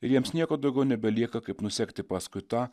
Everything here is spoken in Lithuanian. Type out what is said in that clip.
ir jiems nieko daugiau nebelieka kaip nusekti paskui tą